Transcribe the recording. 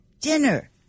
dinner